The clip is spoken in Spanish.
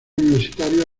universitarios